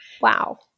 Wow